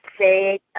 say